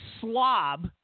slob